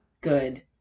Good